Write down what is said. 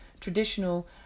traditional